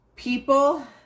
People